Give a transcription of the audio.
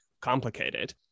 complicated